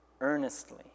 earnestly